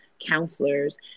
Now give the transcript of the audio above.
counselors